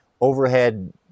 Overhead